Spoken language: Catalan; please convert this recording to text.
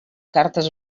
cartes